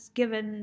given